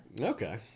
Okay